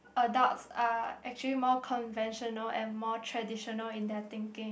adults are actually more conventional and more traditional in our thinking